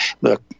look